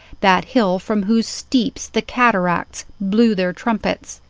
that hill from whose steeps the cataracts blew their trumpets.